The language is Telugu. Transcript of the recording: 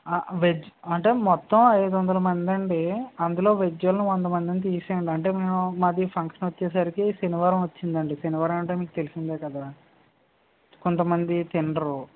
వెజ్ అంటే మొత్తం ఐదొందల మందండి వెజ్జోళ్ళని వందమందిని తీసేయ్యండి అంటే మేము మాది ఫంక్షన్ వచ్చేసరికి శనివారం వచ్చిందండి శనివారమంటే మీకు తెలిసిందే కదా కొంతమంది తినరు